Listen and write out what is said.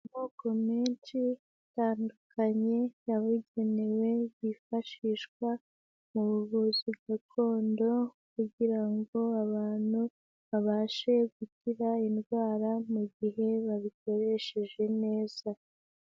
Amoko menshi atandukanye yabugenewe yifashishwa mu buvuzi gakondo kugira ngo abantu babashe gukira indwara mu gihe babikoresheje neza.